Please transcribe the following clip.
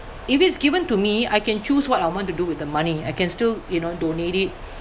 if it's given to me I can choose what I want to do with the money I can still you know donate it